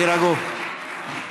תירגעו.